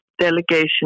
delegation